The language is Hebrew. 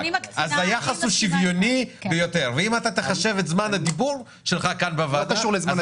אז היחס הוא שוויוני ביותר ואם אתה תיחשב את זמן הדיבור שלך כאן בוועדה,